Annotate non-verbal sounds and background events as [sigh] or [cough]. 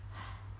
[noise]